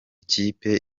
kipe